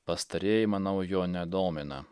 pastarieji manau jo nedomina